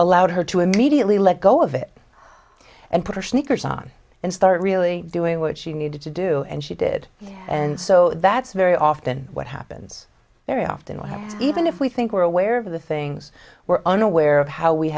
allowed her to immediately let go of it and pushed knickers on and start really doing what she needed to do and she did and so that's very often what happens very often what happens even if we think we're aware of the things we're unaware of how we